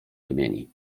odmieni